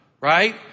Right